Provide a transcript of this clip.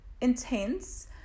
intense